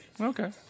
Okay